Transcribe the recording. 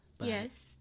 yes